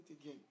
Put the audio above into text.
again